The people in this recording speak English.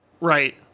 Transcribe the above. Right